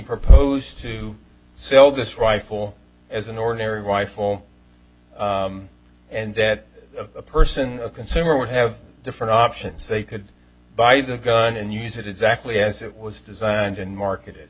proposed to sell this rifle as an ordinary wife all and that person consumer would have different options they could buy the gun and use it exactly as it was designed and marketed